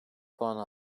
puanı